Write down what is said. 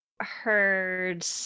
heard